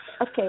Okay